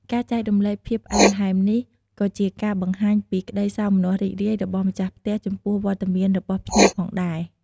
ការចែករំលែកភាពផ្អែមល្ហែមនេះ ក៏ជាការបង្ហាញពីក្តីសោមនស្សរីករាយរបស់ម្ចាស់ផ្ទះចំពោះវត្តមានរបស់ភ្ញៀវផងដែរ។